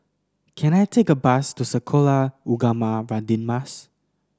can I take a bus to Sekolah Ugama Radin Mas